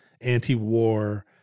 anti-war